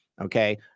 Okay